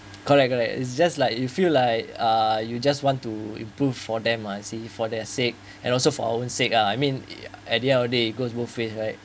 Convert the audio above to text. correct correct it's just like you feel like uh you just want to improve for them uh I see for their sake and also for our own sake uh I mean at the end of the day it goes both ways like